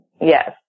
Yes